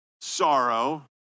sorrow